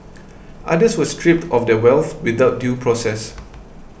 others were stripped of their wealth without due process